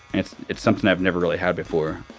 it's it's something i've never really had before,